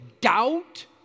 doubt